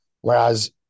whereas